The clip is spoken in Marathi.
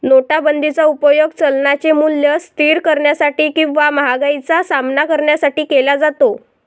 नोटाबंदीचा उपयोग चलनाचे मूल्य स्थिर करण्यासाठी किंवा महागाईचा सामना करण्यासाठी केला जातो